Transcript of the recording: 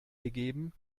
gegeben